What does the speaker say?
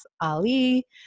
Ali